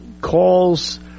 calls